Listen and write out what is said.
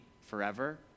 forever